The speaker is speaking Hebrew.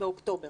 באוקטובר